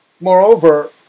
Moreover